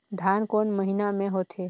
धान कोन महीना मे होथे?